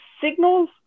signals